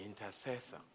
intercessor